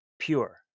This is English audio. pure